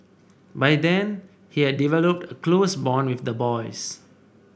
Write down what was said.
by then he had developed a close bond with the boys